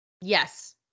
yes